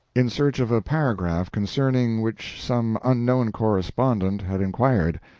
in search of a paragraph concerning which some unknown correspondent had inquired.